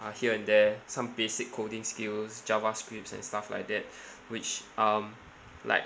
uh here and there some basic coding skills javascripts and stuff like that which um like